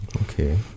Okay